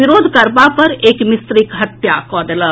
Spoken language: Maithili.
विरोध करबा पर एक मिस्त्रीक हत्या कऽ देलक